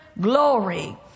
glory